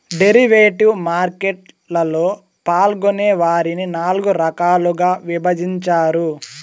derivative market లలో పాల్గొనే వారిని నాల్గు రకాలుగా విభజించారు